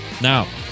Now